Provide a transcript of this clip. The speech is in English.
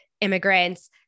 immigrants